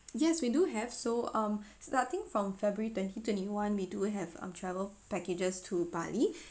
yes we do have so um starting from february twenty twenty one we do have um travel packages to bali